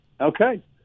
Okay